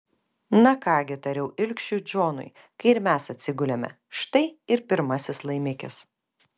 na ką gi tariau ilgšiui džonui kai ir mes atsigulėme štai ir pirmasis laimikis